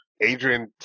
Adrian